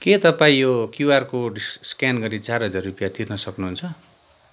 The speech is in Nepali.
के तपाईँ यो क्युआर कोड स्क्यान गरी चार हजार रुपैयाँ तिर्न सक्नुहुन्छ